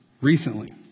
recently